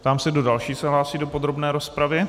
Ptám se, kdo další se hlásí do podrobné rozpravy.